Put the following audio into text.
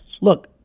look